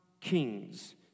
kings